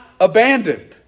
abandoned